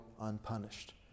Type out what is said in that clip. unpunished